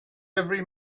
every